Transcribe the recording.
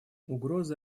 угроза